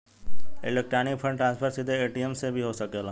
electronic fund transfer सीधे ATM से भी हो सकेला